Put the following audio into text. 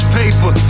paper